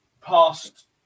past